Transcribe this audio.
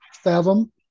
fathom